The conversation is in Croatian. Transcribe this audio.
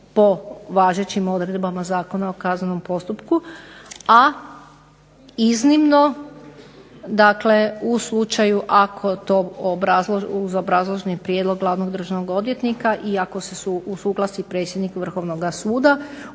po važećim odredbama Zakona o kaznenom postupku, a iznimno u slučaju ako to uz obrazloženi prijedlog glavnog državnog odvjetnika i ako se usuglasi predsjednik Vrhovnoga suda